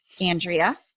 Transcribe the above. Andrea